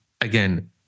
Again